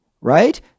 right